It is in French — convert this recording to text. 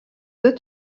deux